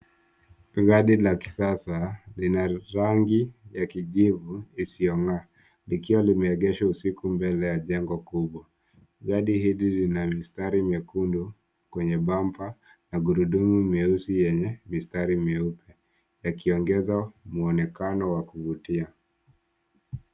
Gari la kisasa lina rangi ya kijivu isiyongaa likiwa limeegeshwa usiku mbele ya jengo kubwa. Gari hili lina mistari miekundu kwenye bamper na gurudumu mieusi yenye mistari mieupe yakiongeza muonekano wa kuvutia.